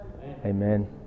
Amen